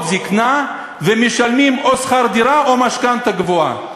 זיקנה ומשלמים או שכר דירה או משכנתה גבוהה,